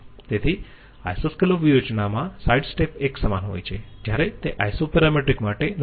તેથી આઈસોસ્કેલોપ વ્યૂહરચનામાં સાઈડ સ્ટેપ એક સમાન હોય છે જ્યારે તે આઈસોપરામેટ્રિક માટે નથી હોતા